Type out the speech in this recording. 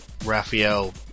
Raphael